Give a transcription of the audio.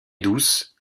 douce